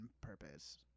purpose